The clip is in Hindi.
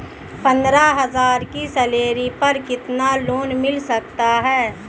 पंद्रह हज़ार की सैलरी पर कितना लोन मिल सकता है?